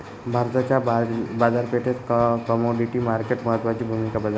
भारताच्या बाजारपेठेत commodity market महत्त्वाची भूमिका बजावते